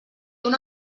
una